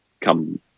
come